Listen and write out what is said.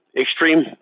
extreme